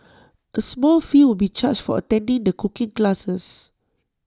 A small fee will be charged for attending the cooking classes